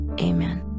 amen